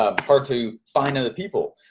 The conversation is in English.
ah hard to find other people.